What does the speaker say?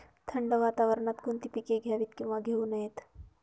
थंड वातावरणात कोणती पिके घ्यावीत? किंवा घेऊ नयेत?